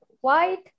white